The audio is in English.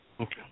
Okay